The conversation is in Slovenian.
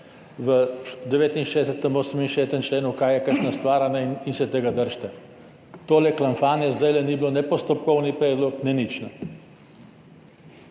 69. členu, kaj je kakšna stvar, in se tega držite. To klamfanje zdaj ni bilo ne postopkovni predlog, ne nič.